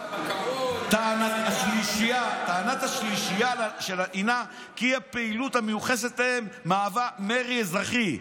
"טענת השלישייה הינה כי הפעילות המיוחסת להם מהווה מרי אזרחי,